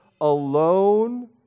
alone